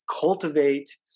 cultivate